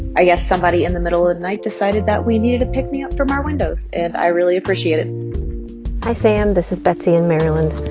i guess somebody, in the middle of night, decided that we needed a pick-me-up from our windows. and i really appreciate it hi, sam. this is betsy in maryland.